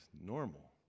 normal